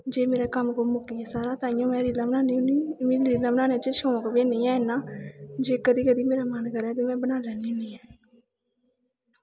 जे मेरा कम्म कुम्म मुक्की जाऽ तांइयैं में रीलां बनान्नी होन्नीं मी रीलां बनाने च शौंक बी निं ऐ इन्ना जे कदैं कदैं मेरा मन करै तां में बनाई लैन्नी होन्नीं